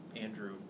Andrew